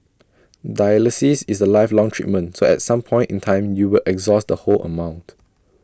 dialysis is A lifelong treatment so at some point in time you will exhaust the whole amount